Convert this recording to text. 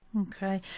Okay